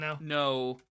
no